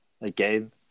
Again